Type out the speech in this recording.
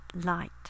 light